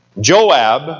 Joab